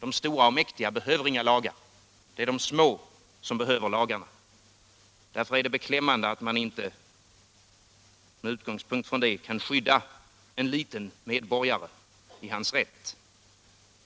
De stora och mäktiga behöver inga lagar. Det är de små som behöver lagarna. — Därför är det beklämmande att man inte kan skydda en liten medborgare i hans rätt.